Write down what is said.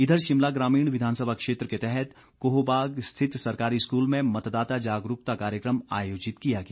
इधर शिमला ग्रामीण विधानसभा क्षेत्र के तहत कोहबाग स्थित सरकारी स्कूल में मतदाता जागरूकता कार्यक्रम आयोजित किया गया